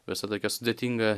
visa tokia sudėtinga